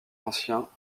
anciens